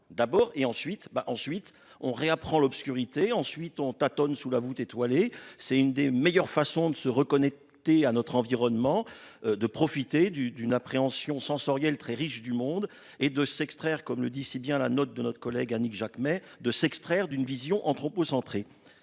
ben ensuite on réapprend l'obscurité ensuite on tâtonne sous la voûte étoilée. C'est une des meilleures façons de se reconnecter à notre environnement de profiter du d'une appréhension sensorielle très riche du monde et de s'extraire. Comme le dit si bien la note de notre collègue Annick Jacquemet de s'extraire d'une vision anthropocentriste.